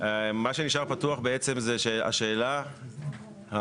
מה שנשאר פתוח בעצם זה השאלה האקוטית,